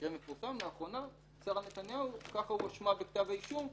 מקרה מפורסם לאחרונה שרה נתניהו ככה הואשמה בכתב האישום,